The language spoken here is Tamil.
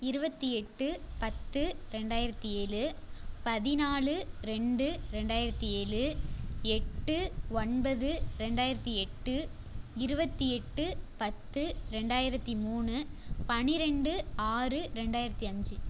இருபத்தி எட்டு பத்து ரெண்டாயிரத்து ஏழு பதினாலு ரெண்டு ரெண்டாயிரத்து ஏழு எட்டு ஒன்பது ரெண்டாயிரத்தி எட்டு இருபத்தி எட்டு பத்து ரெண்டாயிரத்து மூனு பன்னிரண்டு ஆறு ரெண்டாயிரத்தி அஞ்சு